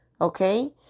okay